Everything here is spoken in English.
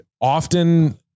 often